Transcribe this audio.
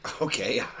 Okay